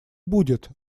будет